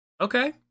Okay